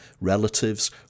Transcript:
relatives